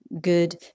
good